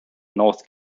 north